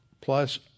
plus